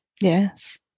Yes